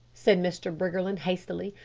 said mr. briggerland hastily.